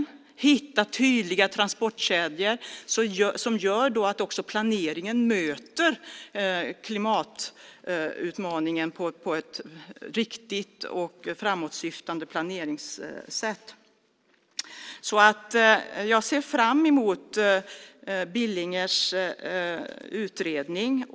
Man måste hitta tydliga transportkedjor som gör att planeringen möter klimatutmaningen på ett riktigt och framåtsyftande sätt. Jag ser precis som Peter Hultqvist fram emot Billingers utredning.